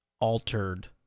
altered